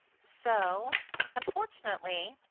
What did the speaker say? so unfortunately,